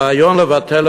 הרעיון לבטל,